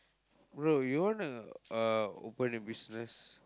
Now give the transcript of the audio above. bro you wanna uh open a business